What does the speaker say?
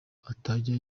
atajya